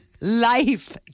life